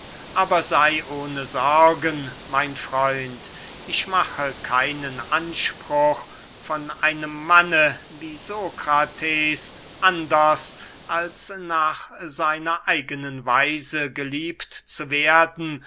aber sey ohne sorgen mein freund ich mache keinen anspruch von einem manne wie sokrates anders als nach seiner eigenen weise geliebt zu werden